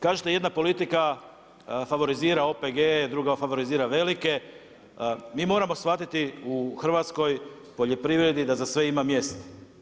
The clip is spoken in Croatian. Kažete jedna politika favorizira OPG, druga favorizira velike, mi moramo shvatiti u hrvatskoj poljoprivredi da za sve ima mjesta.